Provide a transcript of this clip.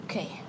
Okay